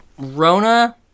rona